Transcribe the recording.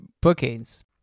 bookings